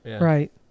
Right